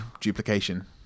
duplication